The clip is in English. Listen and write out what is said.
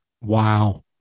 Wow